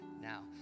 now